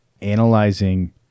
analyzing